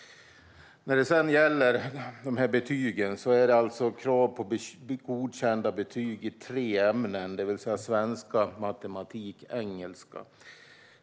När det gäller betygen är det krav på godkända betyg i tre ämnen: svenska, matematik och engelska.